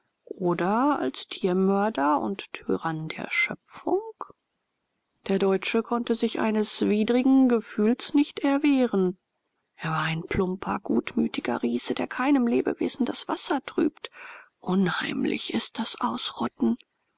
oder als tiermörder und tyrann der schöpfung der deutsche konnte sich eines widrigen gefühls nicht erwehren er war ein plumper gutmütiger riese der keinem lebewesen das wasser trübt unheimlich ist das ausrotten